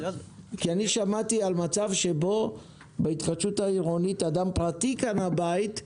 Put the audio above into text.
אני שמעתי על מצב שבו בהתחדשות העירונית אדם פרטי קנה בית,